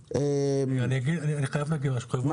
אני חייב להגיד משהו, חבר'ה.